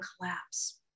collapse